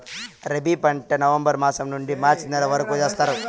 రబీ పంట నవంబర్ మాసం నుండీ మార్చి నెల వరకు వేస్తారు